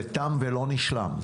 זה תם ולא נשלם,